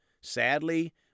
Sadly